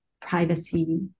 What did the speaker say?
privacy